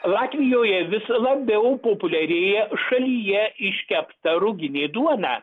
latvijoje vis labiau populiarėja šalyje iškepta ruginė duona